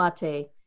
mate